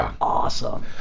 awesome